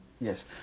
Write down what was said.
Yes